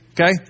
Okay